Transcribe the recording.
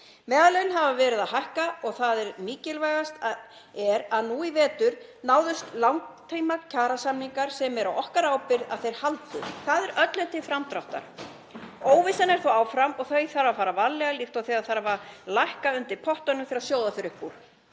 Meðallaun hafa verið að hækka og það mikilvægasta er að nú í vetur náðust langtímakjarasamningar sem er á okkar ábyrgð að haldi. Það er öllum til framdráttar. Óvissan ríkir þó áfram og því þarf að fara varlega líkt og þegar þarf að lækka undir pottunum svo það sjóði ekki upp úr.